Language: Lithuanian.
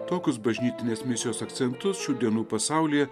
tokius bažnytinės misijos akcentus šių dienų pasaulyje